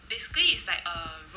basically is like um